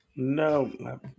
No